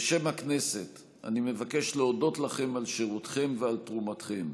בשם הכנסת אני מבקש להודות לכם על שירותכם ועל תרומתכם.